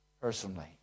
personally